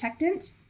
protectant